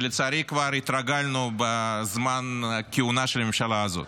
שלצערי כבר התרגלנו לזה בזמן הכהונה של הממשלה הזאת.